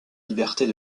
libertés